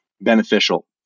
beneficial